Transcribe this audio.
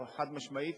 החד-משמעית,